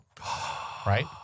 right